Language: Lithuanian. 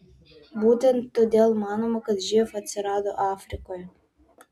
būtent todėl manoma kad živ atsirado afrikoje